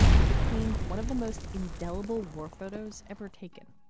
it became one of the most indelible war photos ever taken.